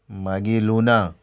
मागीर लुना